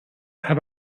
have